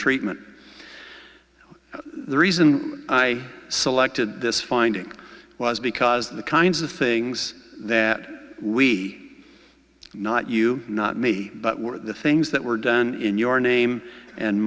treatment the reason i selected this finding was because the kinds of things that we not you not me but the things that were done in your name and